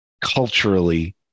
culturally